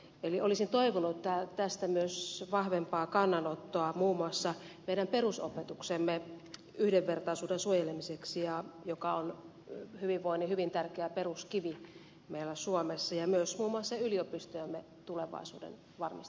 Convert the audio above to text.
eli olisin toivonut tästä myös vahvempaa kannanottoa muun muassa meidän perusopetuksemme yhdenvertaisuuden suojelemiseksi joka on hyvinvoinnin hyvin tärkeä peruskivi meillä suomessa ja myös muun muassa yliopistojemme tulevaisuuden varmistamiseksi